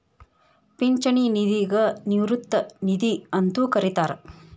ಪಿಂಚಣಿ ನಿಧಿಗ ನಿವೃತ್ತಿ ನಿಧಿ ಅಂತೂ ಕರಿತಾರ